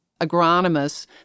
agronomists